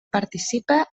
participa